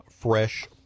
Fresh